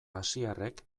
asiarrek